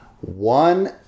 one